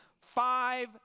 five